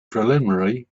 preliminary